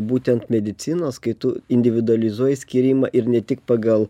būtent medicinos kai tu individualizuoji skyrimą ir ne tik pagal